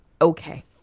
Okay